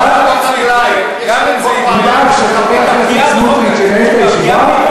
אני אדאג שחבר הכנסת סמוטריץ ינהל את הישיבה,